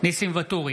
ניסים ואטורי,